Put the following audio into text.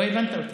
לא הבנת אותי.